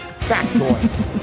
backdoor